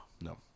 No